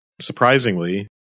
surprisingly